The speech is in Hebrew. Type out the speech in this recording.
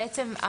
בעצם,